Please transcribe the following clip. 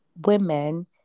women